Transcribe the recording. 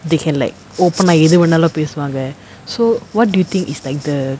they can like open ah எது வேணாலும் பேசுவாங்க:ethu venalum pesuvaanga so what do you think is like the